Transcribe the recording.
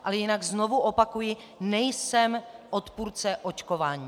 Ale jinak znovu opakuji, nejsem odpůrce očkování.